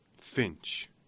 Finch